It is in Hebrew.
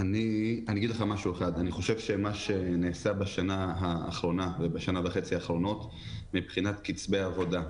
אני אגיד לך משהו אחד: מה שנעשה בשנה וחצי האחרונות מבחינת קצב עבודה,